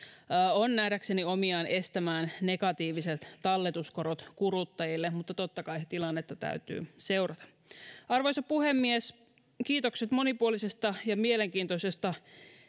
on nähdäkseni omiaan estämään negatiiviset talletuskorot kuluttajille mutta totta kai tilannetta täytyy seurata arvoisa puhemies kiitokset monipuolisesta ja mielenkiintoisesta